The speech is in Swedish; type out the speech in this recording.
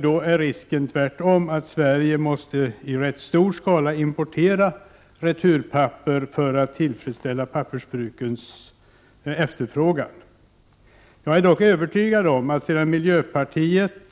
Sverige riskerar alltså att i rätt stor skala behöva importera returpapper för att kunna möta pappersbrukens efterfrågan. Jag är dock övertygad om att det, när väl miljöpartiet